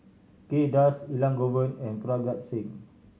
Kay Das Elangovan and Parga Singh